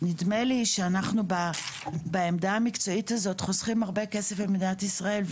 אני חושבת שהעמדה המקצועית הזאת חוסכת הרבה כסף למדינת ישראל,